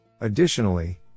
Additionally